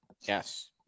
Yes